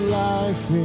life